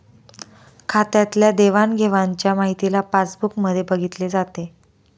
खात्यातल्या देवाणघेवाणच्या माहितीला पासबुक मध्ये बघितले जाते